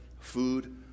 food